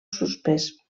suspès